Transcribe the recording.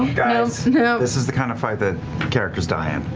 yeah this is the kind of fight that characters die in.